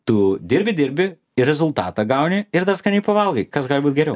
tu dirbi dirbi ir rezultatą gauni ir dar skaniai pavalgai kas gali būt geriau